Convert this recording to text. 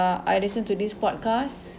I listen to this podcast